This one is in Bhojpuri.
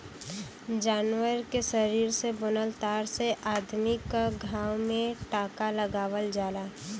जानवर के शरीर से बनल तार से अदमी क घाव में टांका लगावल जाला